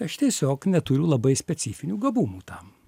aš tiesiog neturiu labai specifinių gabumų tam